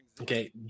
okay